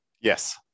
Yes